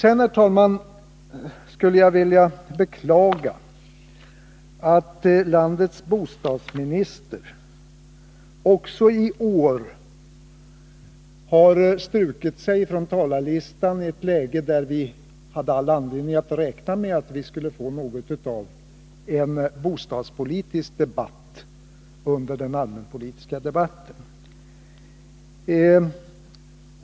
Sedan, herr talman, skulle jag vilja beklaga att landets bostadsminister också i år har strukit sig från talarlistan i ett läge där vi hade all anledning att räkna med att få något av en bostadspolitisk debatt under den allmänpolitiska debatten.